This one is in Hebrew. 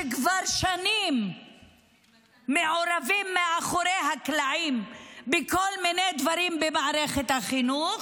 שכבר שנים מעורבים מאחורי הקלעים בכל מיני דברים במערכת החינוך,